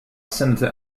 senator